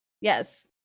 Yes